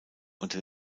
unter